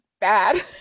bad